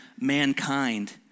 mankind